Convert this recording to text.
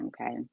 okay